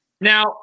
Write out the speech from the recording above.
Now